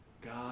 God